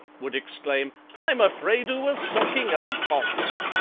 would exclaim, i'm afraid oo a socking ole fox.